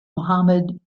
mohamed